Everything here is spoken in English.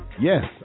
yes